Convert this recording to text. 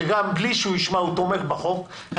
שגם בלי שהוא ישמע הוא תומך בחוק -- אין לי ספק.